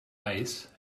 ice